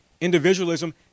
Individualism